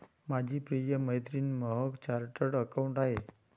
माझी प्रिय मैत्रीण महक चार्टर्ड अकाउंटंट आहे